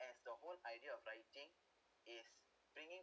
as the whole idea of writing is bringing